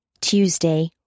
Tuesday